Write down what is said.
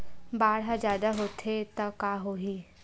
बाढ़ ह जादा होथे त का होही?